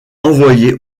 envoyés